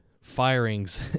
firings